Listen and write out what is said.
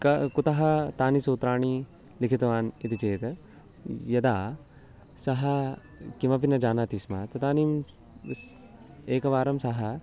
क कुतः तानि सूत्राणि लिखितवान् इति चेत् यदा सः किमपि न जानाति स्म तदानीं स् एकवारं सः